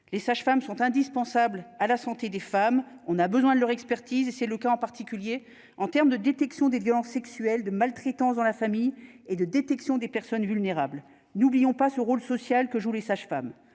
les sages-femmes sont indispensables à la santé des femmes, on a besoin de leur expertise et c'est le cas en particulier en terme de détection des violences sexuelles de maltraitance dans la famille et de détection des personnes vulnérables, n'oublions pas ce rôle social que je voulais, sage-femme,